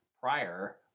prior